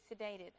sedated